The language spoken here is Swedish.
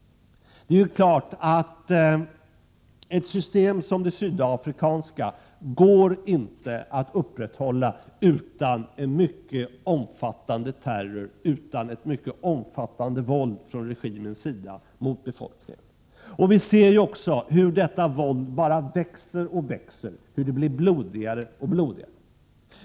Det är klart att ett system som det sydafrikanska inte går att upprätthålla utan mycket omfattande terror och våld från regimens sida mot befolkningen. Vi ser också hur detta våld bara växer och växer, hur det blir blodigare och blodigare.